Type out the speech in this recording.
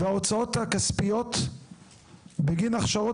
והוצאות הכספיות בגין הכשרות,